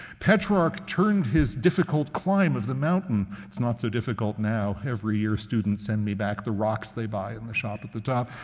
petrarch turned his difficult climb of the mountain it's not so difficult now every year students send me back the rocks they buy in the shop at the top